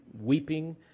weeping